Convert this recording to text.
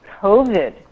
COVID